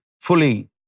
fully